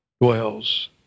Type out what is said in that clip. dwells